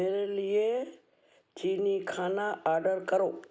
मेरे लिए चीनी खाना आर्डर करो